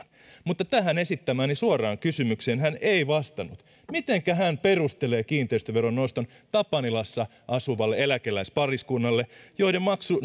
mutta tähän esittämääni suoraan kysymykseen hän ei vastannut mitenkä hän perustelee kiinteistöveron noston tapanilassa asuvalle eläkeläispariskunnalle jonka maksu